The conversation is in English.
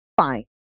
fine